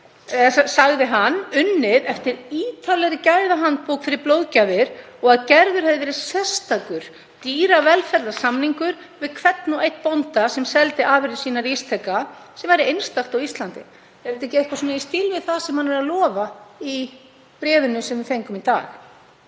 að unnið væri eftir ítarlegri gæðahandbók fyrir blóðgjafir og að gerður hefði verið sérstakur dýravelferðarsamningur við hvern og einn bónda sem seldi afurðir sínar Ísteka sem væri einstakt á Íslandi. Er þetta ekki eitthvað í stíl við það sem hann er að lofa í bréfinu sem við fengum í dag?